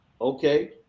okay